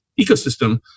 ecosystem